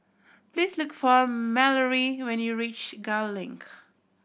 please look for Mallory when you reach Gul Link